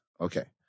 okay